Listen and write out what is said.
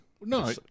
No